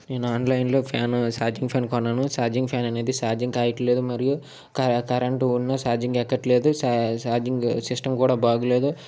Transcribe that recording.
నేను ఆన్లైన్లో fan charging fan కొన్నాను ఛార్జింగ్ ఫాన్ అనేది ఛార్జింగ్ కావట్లేదు మరియు క కరెంట్ ఉన్నా ఛార్జింగ్ ఎక్కట్లేదు చా ఛార్జింగ్ సిస్టమ్ కూడా బాగాలేదు